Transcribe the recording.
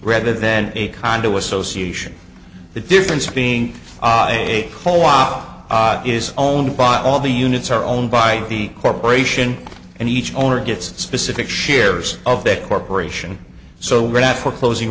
rather then a condo association the difference being a co op is owned by all the units are owned by the corporation and each owner gets specific shares of that corporation so we're not foreclosing